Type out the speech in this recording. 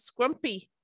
scrumpy